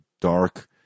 dark